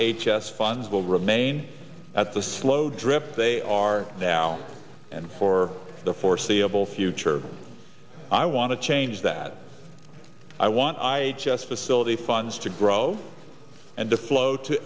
h s funds will remain at the slow drip they are now and for the foreseeable future i want to change that i want i just facility funds to grow and to flow to